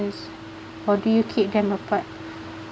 or do you keep them apart